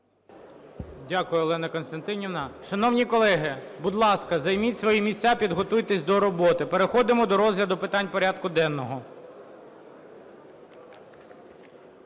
Дякую, Олено Костянтинівно. Шановні колеги, будь ласка, займіть свої місця, підготуйтесь до роботи. Переходимо до розгляду питань порядку денного.